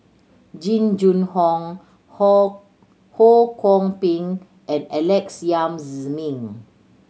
Jing Jun Hong Ho Ho Kwon Ping and Alex Yam Ziming